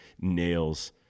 nails